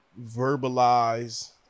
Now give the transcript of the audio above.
verbalize